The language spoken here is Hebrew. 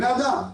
בני אדם,